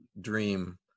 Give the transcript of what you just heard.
dream